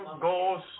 goes